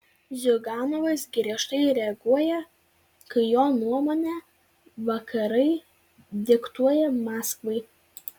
ziuganovas griežtai reaguoja kai jo nuomone vakarai diktuoja maskvai